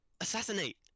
Assassinate